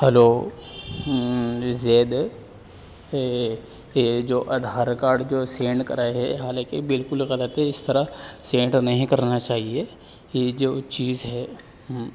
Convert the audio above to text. hello Zaid یہ جو Aadhaar card جو سینڈ کرا ہے حالاںکہ بالکل غلط ہے اس طرح سینٹ نہیں کرنا چاہیے یہ جو چیز ہے